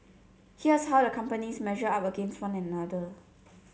here's how the companies measure up against one another